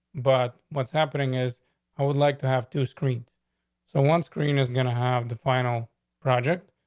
but what's happening is i would like to have to screen so one screen is gonna have the final project.